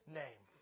name